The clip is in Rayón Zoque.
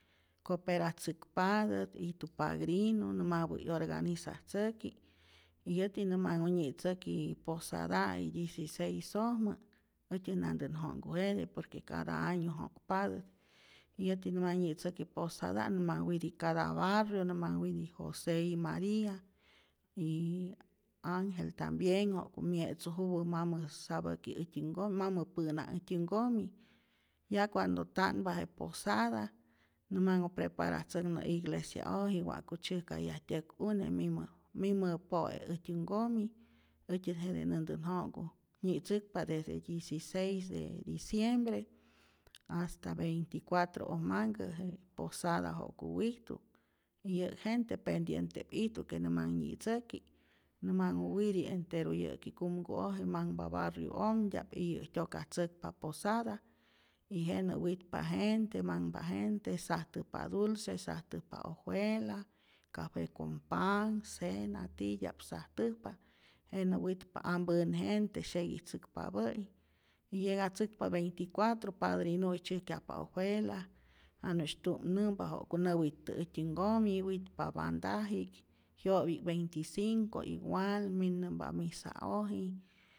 Coperatzäkpatät, ijtu pagrinu nä manhupä' 'yorganizatzäki y yäti na manhu nyi'tzäki posada'i diciseis'ojmä, äjtyät nantän jo'nhkujete por que cada año jo'kpatät, y yäti nä manh nyi'tzäki posada' nä manh witi cada barrio, nä manh witi josé y maría, y angel tambien wa'ku mye'tzu juwä mamä sapäki äjtyä nkomi mamä pä'naj äjtyä nkomi, ya cuando ta'npa je posada, nä manhu preparatzäknä' iglesia'oji wa'ku tzyäjkayaj tyäk'une mimä mimä po'e äjtyä nkomi, äjtyän jete näntän jo'nhku, nyi'tzäkpa desde diciseis de diciembre hasta veinti cuatroojmanhkä je posada ja'ku wijtu y yä'k gente pendiente'p ijtu que nä manh nyi'tzäki', nä manhu witi' enteru yä'ki kumku'oj y mnahpa barriu'ojmtya'p iyä' tyokatzäkpa posada y jenä witpa gente, manhpa gente, sajtäjpa dulce, sajtäjpa ojuela, cafe con panh, cena, titya'p sajtäjpa, jenä witpa ampänh gente syeguitzäkpapä'i, y yegatzäkpa veinti cuantro padrinu'i tzyäjkyajpa ojuela, janu'sy tu'mnämpa ja'ku näwit'täju äjtyä nkomi, witpa bandaji'k, jyo'pi'k veinticinco igual, min'nämpa misa'ojinh.